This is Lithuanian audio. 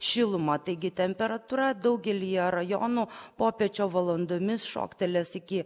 šilumą taigi temperatūra daugelyje rajonų popiečio valandomis šoktelės iki